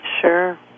Sure